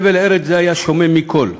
חבל זה היה שומם מכול,